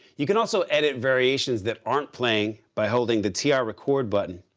you can also edit variations that aren't playing by holding the tr-record button.